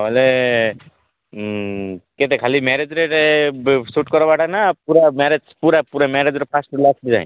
ହେଲେ କେତେ ଖାଲି ମ୍ୟାରେଜରେ ସୁଟ କରବା ଟା ନା ପୁରା ମ୍ୟାରେଜ ପୁରା ପୁରା ମ୍ୟାରେଜର ଫାଷ୍ଟରୁ ଲାଷ୍ଟ ଯାଏଁ